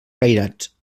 cairats